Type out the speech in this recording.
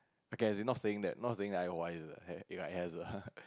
okay as in not saying that not saying I wiser it has a